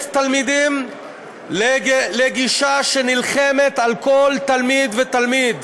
תלמידים לגישה שנלחמת על כל תלמיד ותלמיד.